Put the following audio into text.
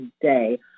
day